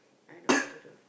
I know what to do